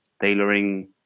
tailoring